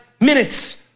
minutes